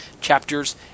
chapters